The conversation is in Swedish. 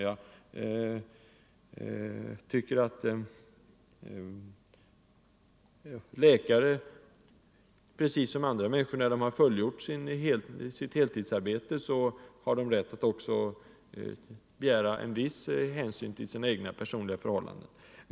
Läkare bör också, precis som andra människor, när de har fullgjort — sjukförsäkringen sitt heltidsarbete, ha rätt att vänta sig en viss hänsyn till sina egna personliga förhållanden.